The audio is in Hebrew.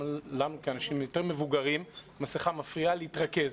גם לנו כאנשים מבוגרים זה קשה והמסכה מפריעה להתרכז.